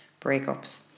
breakups